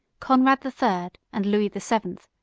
conrad the third and louis the seventh,